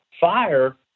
Fire